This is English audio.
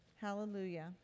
Hallelujah